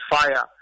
fire